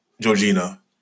Georgina